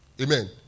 Amen